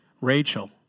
Rachel